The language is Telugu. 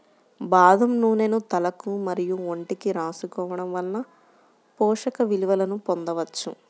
బాదం నూనెను తలకు మరియు ఒంటికి రాసుకోవడం వలన పోషక విలువలను పొందవచ్చు